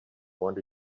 want